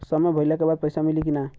समय भइला के बाद पैसा मिली कि ना?